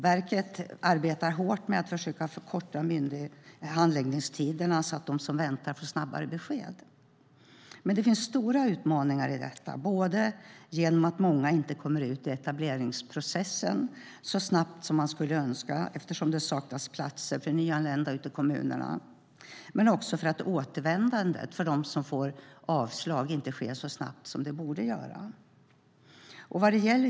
Verket arbetar hårt med att försöka förkorta handläggningstiderna så att de som väntar får snabbare besked. Men det finns stora utmaningar i detta, både genom att många inte kommer ut i etableringsprocessen så snabbt som man skulle önska eftersom det saknas platser för nyanlända ute i kommunerna men också för att återvändandet för dem som får avslag inte sker så snabbt som det borde göra.